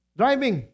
driving